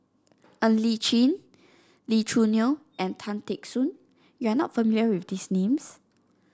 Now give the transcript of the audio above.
Ng Li Chin Lee Choo Neo and Tan Teck Soon you are not familiar with these names